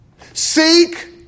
Seek